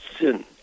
sin